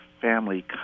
family